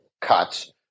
cuts